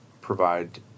provide